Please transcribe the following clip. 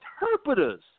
interpreters